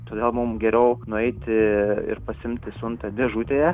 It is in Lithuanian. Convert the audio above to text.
todėl mum geriau nueiti ir pasiimti siuntą dėžutėje